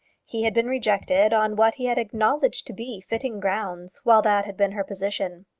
he had been rejected on what he had acknowledged to be fitting grounds while that had been her position.